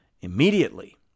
immediately